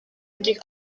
таких